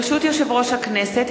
ברשות יושב-ראש הכנסת,